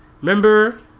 remember